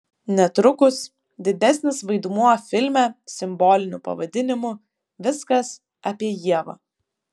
netrukus didesnis vaidmuo filme simboliniu pavadinimu viskas apie ievą